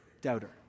doubter